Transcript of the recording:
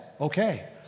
okay